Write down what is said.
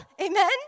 amen